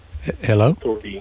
Hello